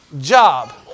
job